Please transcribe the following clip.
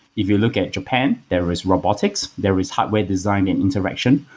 if you look at japan, there is robotics, there is hardware design and interaction.